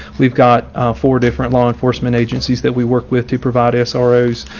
we've got four different law enforcement agencies that we work with to provide our sorrows.